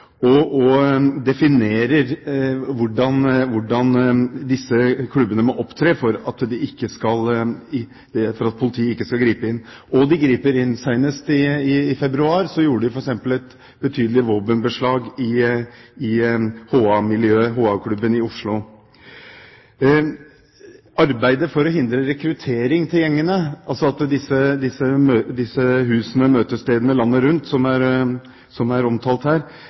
og definerer hvordan disse klubbene må opptre for at politiet ikke skal gripe inn. Og de griper inn – senest i februar gjorde de f.eks. et betydelig våpenbeslag i HA-miljøet, i HA-klubben i Oslo. Arbeidet for å hindre rekruttering til gjengene, altså hindre at disse husene, møtestedene landet rundt som er omtalt her, blir steder som også andre ungdomsgrupper som kan føle seg tiltrukket av disse miljøene – hangarounds, som det er